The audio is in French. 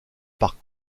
par